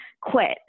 quit